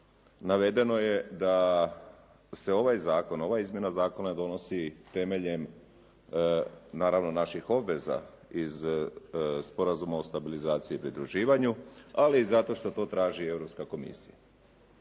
navedeno je da se ovaj zakon, ova izmjena zakona donosi temeljem naravno naših obveza iz Sporazuma o stabilizaciji i pridruživanju, ali i zato što traži Europska komisija.